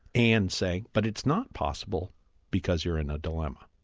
and saying, but it's not possible because you're in a dilemma.